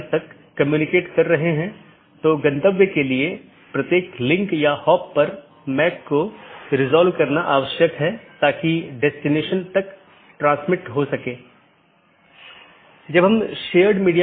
इस प्रकार हमारे पास आंतरिक पड़ोसी या IBGP है जो ऑटॉनमस सिस्टमों के भीतर BGP सपीकरों की एक जोड़ी है और दूसरा हमारे पास बाहरी पड़ोसीयों या EBGP कि एक जोड़ी है